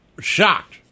shocked